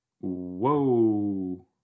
Whoa